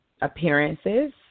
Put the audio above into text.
appearances